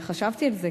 חשבתי על זה,